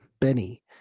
Benny